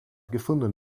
gefunden